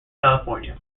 california